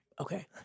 Okay